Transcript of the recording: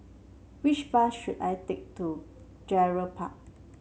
which bus should I take to Gerald Park